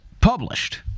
published